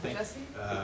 Jesse